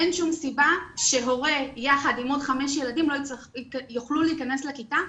אין שום סיבה שהורה יחד עם עוד חמישה ילדים לא יוכלו להכנס לכיתה,